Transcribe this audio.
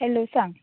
hello सांग